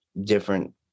different